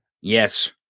Yes